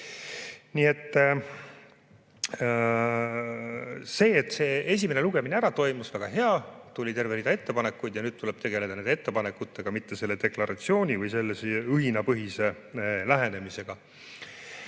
See, et esimene lugemine ära toimus – väga hea, tuli terve rida ettepanekuid. Nüüd tuleb tegeleda nende ettepanekutega, mitte selle deklaratsiooni või õhinapõhise lähenemisega.